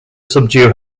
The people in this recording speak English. subdue